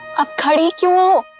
of your